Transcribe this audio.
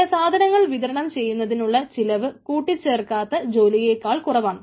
പിന്നെ സാധനങ്ങൾ വിതരണം ചെയ്യുന്നതിനുള്ള ചെലവ് കൂട്ടിച്ചേർക്കാത്ത ജോലിയേക്കാൾ കുറവാണ്